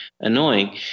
annoying